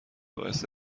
باعث